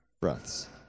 breaths